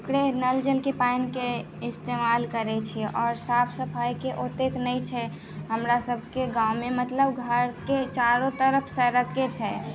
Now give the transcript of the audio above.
ओकरे नल जलके पानिके इस्तेमाल करै छियै आओर साफ सफाइके औतेक नै छै हमरा सभके गाँवमे मतलब घरके चारौँ तरफ सड़कए छै